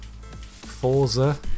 Forza